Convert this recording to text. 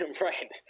Right